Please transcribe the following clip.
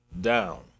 down